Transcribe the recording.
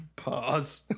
pause